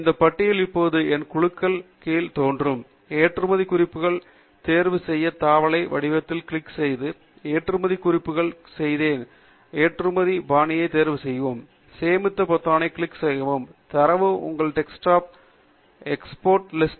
இந்த பட்டியல் இப்போது என் குழுக்களுக்கு கீழ் தோன்றும் ஏற்றுமதி குறிப்புகள் தேர்வு செய்ய தாவலை வடிவத்தில் கிளிக் செய்யவும் ஏற்றுமதி குறிப்புகள் கீழ் நீங்கள் செய்த குறிப்புகள் புதிய குழு தேர்வு பிபிடெக்ஸ் ஏற்றுமதிக்கு ஏற்றுமதி பாணியை தேர்வு செய்யவும் சேமித்த பொத்தானைக் கிளிக் செய்யவும் தரவு உங்கள் டெஸ்க்டாப்பை எக்ஸ்போர்ட்லிஸ்ட்